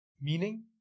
meaning